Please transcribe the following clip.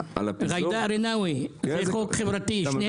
וג'ידא רינאוי, זה חוק חברתי, שניהם לא יצביעו?